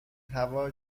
هوا